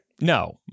No